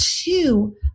two